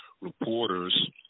reporters